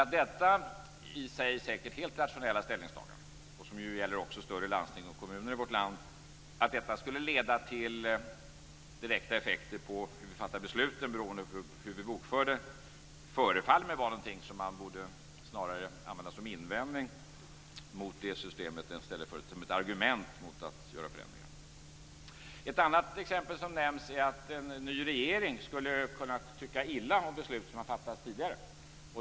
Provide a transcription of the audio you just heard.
Att detta i sig säkert helt rationella ställningstagande - här gäller det också större landsting och kommuner i vårt land - skulle få direkta effekter på hur vi fattar beslut, beroende på hur det bokförs, förefaller mig vara något som man borde använda som en invändning mot systemet snarare än som ett argument mot att göra förändringar. Ett annat exempel som nämns är att en ny regering skulle kunna tycka illa om beslut som har fattats tidigare.